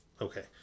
okay